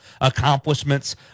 accomplishments